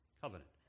covenant